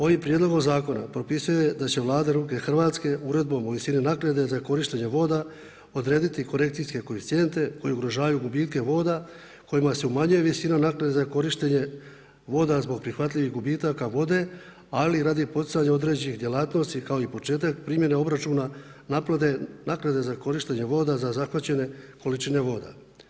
Ovim prijedlogom zakona propisuje da će Vlada RH, uredbom o visini naknade za korištenje voda odrediti korekcijske koeficijente koji ugrožavaju gubitke voda, kojima se umanjuje visina naknade za korištenje voda zbog prihvatljivih gubitaka vode, ali radi poticanja određenih djelatnosti, kao i početak primjene obračuna, naknade za korištenje voda za zahvaćene količine voda.